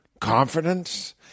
Confidence